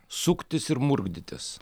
suktis ir murkdytis